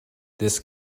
this